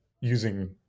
using